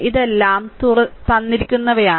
ഇതെല്ലാം തന്നിരിക്കുന്നവയാണ്